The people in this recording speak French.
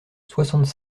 soixante